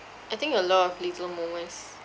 I think a lot of little moments